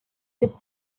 the